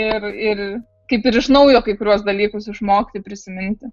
ir ir kaip ir iš naujo kai kuriuos dalykus išmokti prisiminti